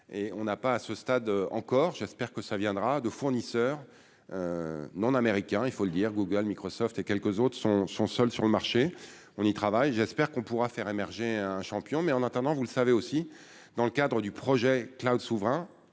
on n'a pas à ce stade encore, j'espère que ça viendra de fournisseur non américain, il faut le dire, Google, Microsoft et quelques autres sont son seul sur le marché, on y travaille, j'espère qu'on pourra faire émerger un champion mais en attendant, vous le savez aussi dans le cadre du projet Cloud souverain